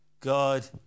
God